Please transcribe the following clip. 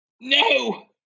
No